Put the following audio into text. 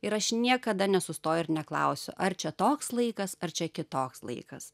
ir aš niekada nesustoju ir neklausiu ar čia toks laikas ar čia kitoks laikas